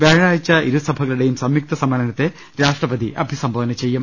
വ്യാഴാഴ്ച ഇരുസഭകളുടെയും സംയുക്ത സമ്മേളനത്തെ രാഷ്ട്രപതി അഭിസംബോധന ചെയ്യും